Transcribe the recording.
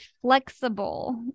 flexible